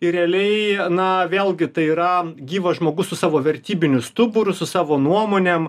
ir realiai na vėlgi tai yra gyvas žmogus su savo vertybiniu stuburu su savo nuomonėm